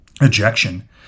ejection